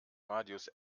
radius